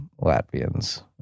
Latvians